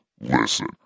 listen